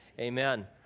amen